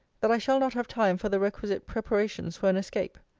that i shall not have time for the requisite preparations for an escape.